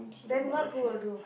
then milk who will do